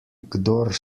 kdor